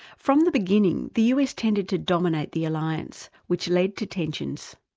from the beginning the us tended to dominate the alliance, which led to tensions.